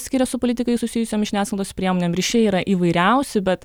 skiria su politikais susijusiom žiniasklaidos priemonėm ryšiai yra įvairiausi bet